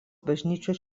bažnyčios